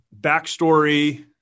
backstory